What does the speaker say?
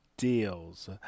Deals